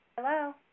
Hello